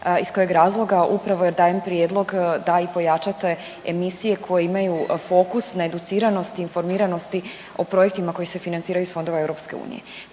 Iz kojeg razloga? Upravo jer dajem prijedlog da i pojačate emisije koje imaju fokus na educiranost i informiranosti o projektima koji se financiraju iz fondova EU.